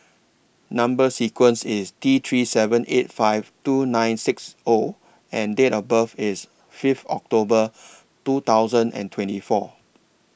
Number sequence IS T three seven eight five two nine six O and Date of birth IS Fifth October two thousand and twenty four